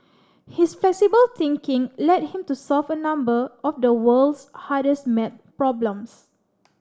his flexible thinking led him to solve a number of the world's hardest math problems